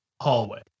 hallway